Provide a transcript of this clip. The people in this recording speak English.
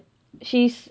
she's